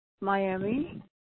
Miami